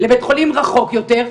לבית חולים רחוק יותר.